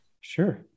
Sure